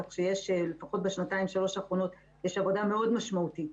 כך שלפחות בשנתיים-שלוש האחרונות יש עבודה מאוד משמעותית.